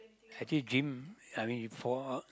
actually gym uh I mean for